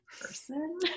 person